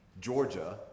Georgia